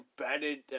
embedded